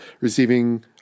receiving